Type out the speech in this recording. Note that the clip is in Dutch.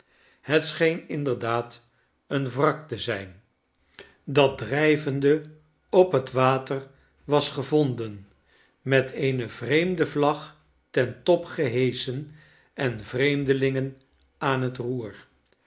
het scheen inderdaad een wrak te zijn dat drijvende op het water was gevonden met eene vreemde vlag ten top geheschen en vreenv delingen aan zijn roer